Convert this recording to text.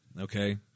Okay